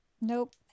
nope